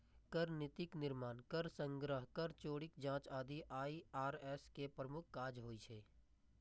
कर नीतिक निर्माण, कर संग्रह, कर चोरीक जांच आदि आई.आर.एस के प्रमुख काज होइ छै